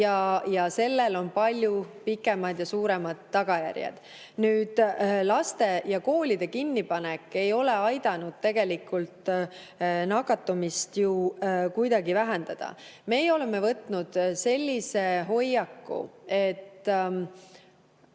sellel on palju pikemad ja suuremad tagajärjed. Laste ja koolide kinnipanek ei ole aidanud nakatumist ju kuidagi vähendada. Meie oleme võtnud hoiaku, et